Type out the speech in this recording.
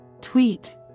Tweet